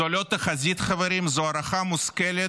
זו לא תחזית, חברים, זו הערכה מושכלת,